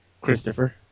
Christopher